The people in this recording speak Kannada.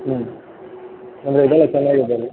ಹ್ಞೂ ಅಂದರೆ ಇದೆಲ್ಲ ಚೆನ್ನಾಗಿದೆ ಅಲ್ಲಿ